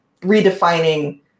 redefining